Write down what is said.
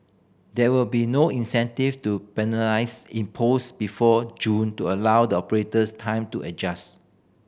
there will be no incentive to penalties imposed before June to allow the operators time to adjust